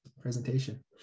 presentation